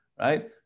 right